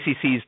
ACC's